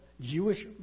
Jewish